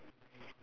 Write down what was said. spelling